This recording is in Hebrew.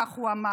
כך הוא אמר.